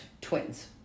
twins